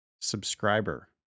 subscriber